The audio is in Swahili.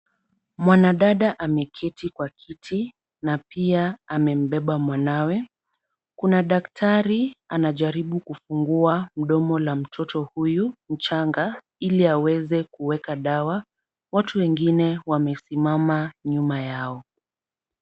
Mwanadada ameketi kwa kiti na pia amembeba mwanawe. Kuna daktari anajaribu kufungua mdomo la mtoto huyu mchanga ili aweze kuweka dawa. Watu wengine wamesimama nyuma yao.